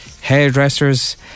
hairdressers